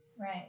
Right